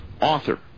author